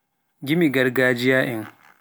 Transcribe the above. gimi gargajiya en.